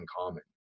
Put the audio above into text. uncommon